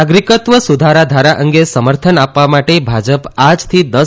નાગરિકત્ત્વ સુધારા ધારા અંગે સમર્થન આપવા માટે ભાજપ આજથી દસ